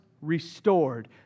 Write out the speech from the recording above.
restored